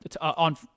on